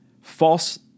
False